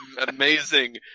amazing